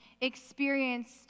experienced